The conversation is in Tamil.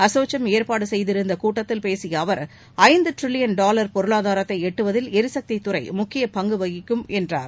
அசோச்சம் ஏற்பாடு செய்திருந்த கூட்டத்தில் பேசிய அவர் ஐந்து ட்ரில்லியன் டாலர் பொருளாதாரத்தை எட்டுவதில் எரிசக்தி துறை முக்கிய பங்கு வகிக்கும் என்றார்